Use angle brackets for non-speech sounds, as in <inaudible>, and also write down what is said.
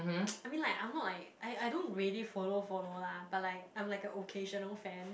<noise> I mean like I'm not like I I don't really follow follow lah but like I'm like a occasional fan